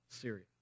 Syria